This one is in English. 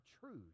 truth